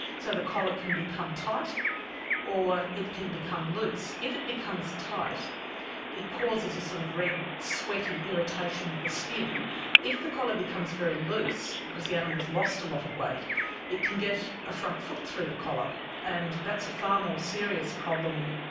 so the collar can become tight or it can become loose. if it becomes tight it causes a sort of red sweaty irritation of the skin, and if the collar becomes very loose because the animal has lost a lot of weight it can get a front foot through the collar and that's a far more serious problem.